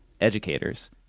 educators